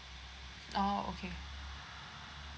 oh okay